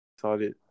solid